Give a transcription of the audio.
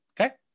Okay